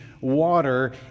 water